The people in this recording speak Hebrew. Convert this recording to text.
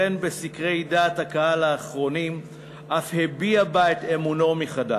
ובסקרי דעת הקהל האחרונים אף הביע בה את אמונו מחדש.